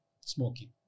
smoking